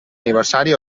aniversari